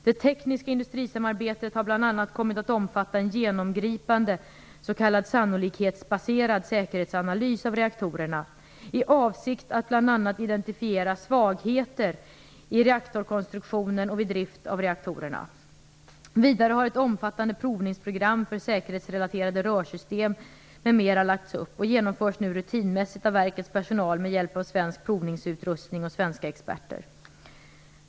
Det tekniska industrisamarbetet har bl.a. kommit att omfatta en genomgripande s.k. sannolikhetsbaserad säkerhetsanalys av reaktorerna i avsikt att bl.a. identifiera svagheter i reaktorkonstruktionen och vid drift av reaktorerna. Vidare har ett omfattande provningsprogram för säkerhetsrelaterade rörsystem m.m. lagts upp och genomförs nu rutinmässigt av verkets personal med hjälp av svensk provningsutrustning och svenska experter.